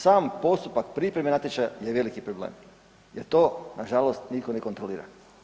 Sam postupak pripreme natječaja je veliki problem jer to nažalost nitko ne kontrolira.